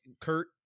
Kurt